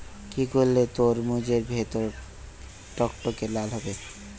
কি করলে তরমুজ এর ভেতর টকটকে লাল হবে?